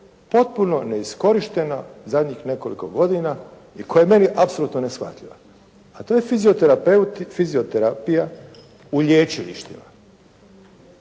potpuno neiskorištena zadnjih nekoliko godina i koja je meni apsolutno neshvatljiva, a to je fizioterapeut i fizioterapija